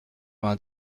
vingt